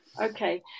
Okay